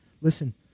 listen